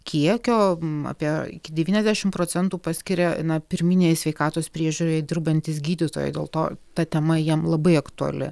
kiekio apie iki devyniasdešim procentų paskiria na pirminėje sveikatos priežiūroje dirbantys gydytojai dėl to ta tema jiem labai aktuali